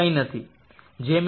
1 છે